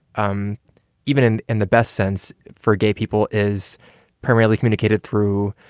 um even in in the best sense for gay people is primarily communicated through